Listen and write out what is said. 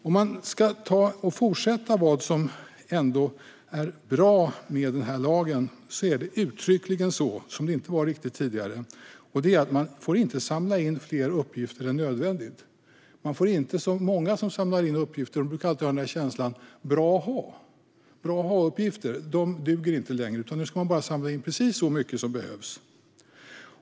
En annan sak som är bra med den nya lagen, till skillnad från den tidigare, är att man inte får samla in fler uppgifter än nödvändigt. Många som samlar in uppgifter brukar ha känslan att det är bra-att-ha-uppgifter. Det duger inte längre, utan nu ska man bara samla in precis så mycket uppgifter som behövs.